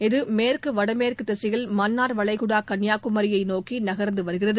இது மேற்கு வடமேற்கு திசையில் மன்னார் வளைகுடா கன்னியாகுமரியை நோக்கி நகர்ந்து வருகிறது